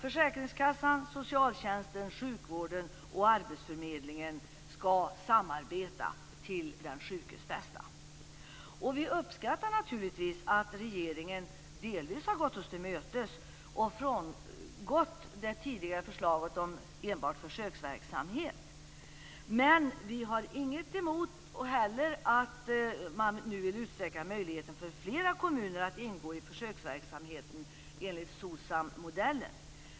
Försäkringskassan, socialtjänsten, sjukvården och arbetsförmedlingen skall alltså samarbeta för den sjukes bästa. Vi uppskattar naturligtvis att regeringen delvis har gått oss till mötes och frångått det tidigare förslaget om enbart försöksverksamhet. Vi har heller inget emot att man nu vill utöka möjligheten för flera kommuner att ingå i försöksverksamheten enligt SOCSAM-modellen.